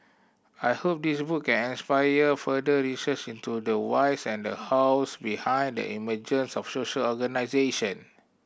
I hope this book can inspire further research into the whys and the hows behind the emergence of social organisation